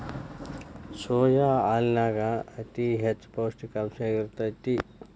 soya ಹಾಲನ್ಯಾಗ ಅತಿ ಹೆಚ್ಚ ಪೌಷ್ಟಿಕಾಂಶ ಇರ್ತೇತಿ